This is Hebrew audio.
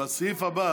בסעיף הבא